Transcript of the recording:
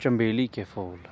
چنبیلی کے پھول